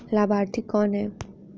लाभार्थी कौन है?